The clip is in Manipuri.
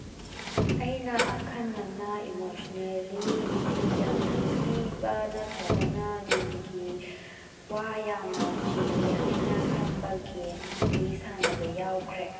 ꯑꯩꯅ ꯑꯈꯟꯅꯅ ꯏꯃꯣꯁꯅꯦꯜꯂꯤ ꯏꯊꯤꯜ ꯌꯥꯝꯅ ꯄꯤꯕ ꯅꯠꯇ꯭ꯔꯒꯅ ꯅꯨꯡꯒꯤ ꯋꯥ ꯌꯥꯝꯅ ꯆꯦꯜꯂꯤ ꯍꯥꯏꯅ ꯈꯟꯕ ꯒꯦꯝꯗꯤ ꯁꯥꯟꯅꯕ ꯌꯥꯎꯈ꯭ꯔꯦ